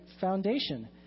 foundation